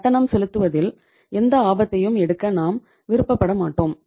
கட்டணம் செலுத்துவதில் எந்த ஆபத்தையும் எடுக்க நாம் விரும்பமாட்டோம்